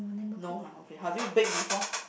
no ha okay have you baked before